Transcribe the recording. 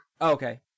Okay